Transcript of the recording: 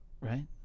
right